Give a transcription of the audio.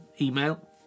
email